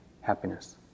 happiness